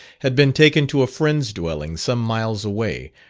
had been taken to a friend's dwelling some miles away,